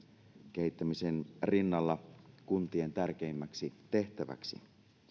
kehittämisen rinnalla kuntien tärkeimmäksi tehtäväksi